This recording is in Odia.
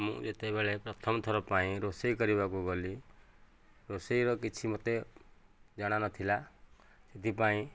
ମୁଁ ଯେତେବେଳେ ପ୍ରଥମ ଥର ପାଇଁ ରୋଷେଇ କରିବାକୁ ଗଲି ରୋଷେଇର କିଛି ମୋତେ ଜଣା ନଥିଲା ସେଥିପାଇଁ